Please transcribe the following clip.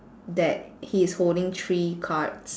that he's holding three cards